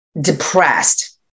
depressed